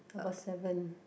about seven